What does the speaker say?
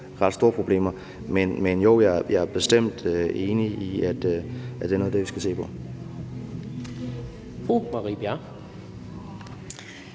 ret store problemer. Men jo, jeg er bestemt enig i, at det er noget af det, vi skal se på.